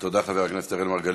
חבר הכנסת מרגלית.